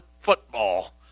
football